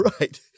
Right